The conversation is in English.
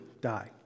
die